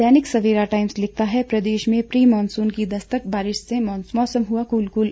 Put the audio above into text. दैनिक Savera Times लिखता है प्रदेश में प्री मॉनसून की दस्तक बारिश से मौसम हुआ कूल कूल